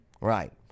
Right